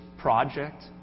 project